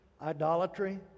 idolatry